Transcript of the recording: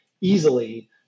easily